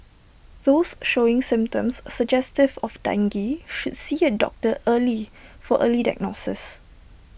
those showing symptoms suggestive of dengue should see A doctor early for early diagnosis